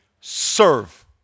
serve